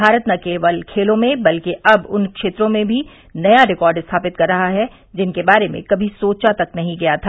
भारत न केवल खेलों में बल्कि अब उन क्षेत्रों में भी नया रिकार्ड स्थापित कर रहा है जिनके बारे में कभी सोचा तक नहीं गया था